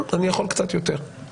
אני יכול קצת יותר,